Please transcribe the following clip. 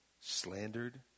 slandered